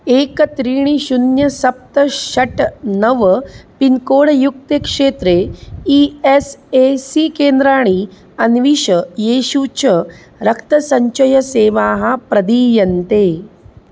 एकं त्रीणि शून्यं सप्त षट् नव पिन्कोड् युक्ते क्षेत्रे ई एस् ए सी केन्द्राणि अन्विष येषु च रक्तसञ्चयसेवाः प्रदीयन्ते